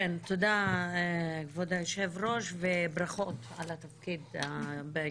תודה כבוד היושב-ראש וברכות על התפקיד.